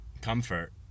comfort